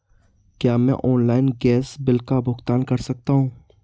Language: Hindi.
क्या मैं ऑनलाइन गैस बिल का भुगतान कर सकता हूँ?